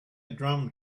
drum